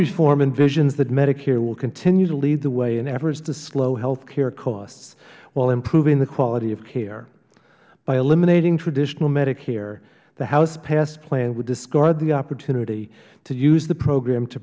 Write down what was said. reform envisions that medicare will continue to lead the way in efforts to slow health care costs while improving the quality of care by eliminating traditional medicare the housepassed plan would discard the opportunity to use the program to